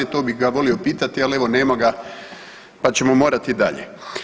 To bih ga volio pitati, ali evo nema ga, pa ćemo morati dalje.